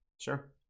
Sure